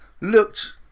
looked